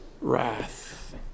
wrath